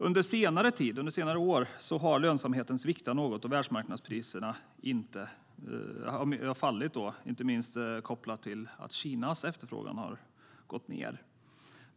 Under senare tid, under senare år, har lönsamheten sviktat något då världsmarknadspriserna har fallit, inte minst kopplat till att Kinas efterfrågan har gått ned.